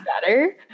better